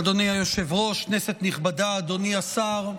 אדוני היושב-ראש, כנסת נכבדה, אדוני השר,